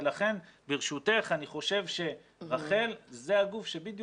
ולכן ברשותך אני חושב שרח"ל זה הגוף שבדיוק